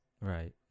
right